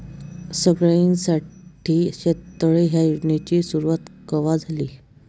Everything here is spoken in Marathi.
सगळ्याइसाठी शेततळे ह्या योजनेची सुरुवात कवा झाली?